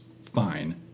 fine